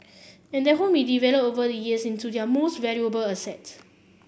and that home we developed over the years into their most valuable asset